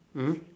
mm